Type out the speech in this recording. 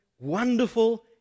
wonderful